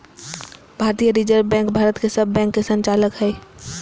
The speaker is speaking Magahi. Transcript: भारतीय रिजर्व बैंक भारत के सब बैंक के संचालक हइ